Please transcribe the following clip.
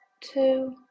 Two